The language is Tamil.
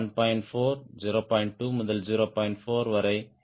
2 முதல் 0